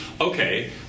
okay